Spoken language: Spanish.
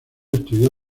estudió